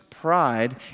Pride